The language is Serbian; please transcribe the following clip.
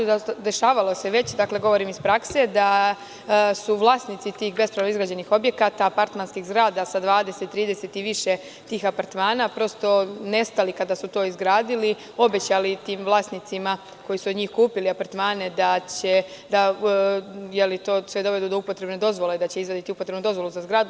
Dešavalo se već, govorim iz prakse, da su vlasnici tih bespravno izgrađenih objekata, apartmanskih zgrada sa 20, 30 i više tih apartmana prosto nestali kada su to izgradili, obećali tim vlasnicima koji su od njih kupili apartmane da će to sve dovesti do upotrebne dozvole, da će izvaditi upotrebnu dozvolu za zgradu.